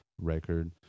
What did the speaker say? record